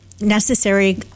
necessary